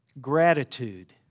gratitude